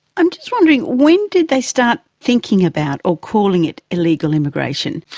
i'm just wondering, when did they start thinking about or calling it illegal immigration?